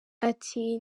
ati